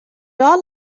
all